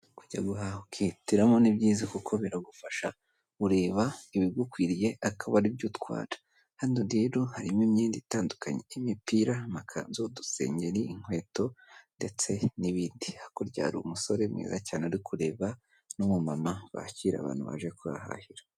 Kujya guhaha ukihitiramo ni byiza kuko biragufasha ureba ibigukwiriye akaba ari byo utwara. Hano rero harimo imyenda itandukanye y'imipira, amakanzu, udusenyeri, inkweto, ndetse n'ibindi. Hakurya umusore mwiza cyane urikureba n'umumama bakira abantu baje kuhahahira.